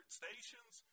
stations